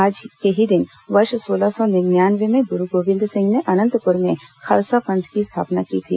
आज के ही दिन वर्ष सोलह सौ निन्यानवे में गुरू गोविंद सिंह ने अनंतपुर में खालसा पंथ की स्थापना की थी